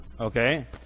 okay